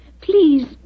Please